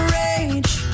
rage